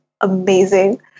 amazing